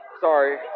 Sorry